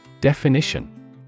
Definition